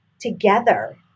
together